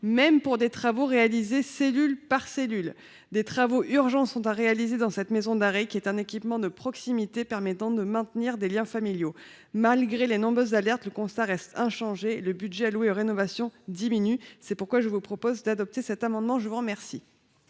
même pour des travaux réalisés cellule par cellule. Des travaux urgents sont à réaliser dans cette maison d’arrêt, qui est un équipement de proximité permettant de maintenir des liens familiaux. Malgré les nombreuses alertes, le constat reste inchangé : le budget alloué aux rénovations diminue. D’où cet amendement. Quel